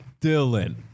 Dylan